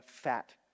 fat